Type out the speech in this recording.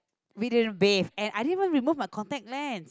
we didn't bathe and I didn't even remove my contact lens